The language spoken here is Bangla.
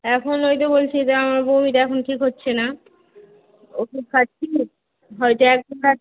এখন ওই তো বলছি যে আমার বমিটা এখন ঠিক হচ্ছে না ওষুধ খাচ্ছি হয়তো এক দিন বাদ